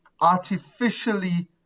artificially